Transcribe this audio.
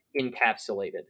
encapsulated